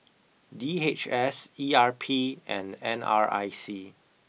D H S E R P and N R I C